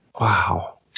Wow